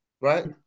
Right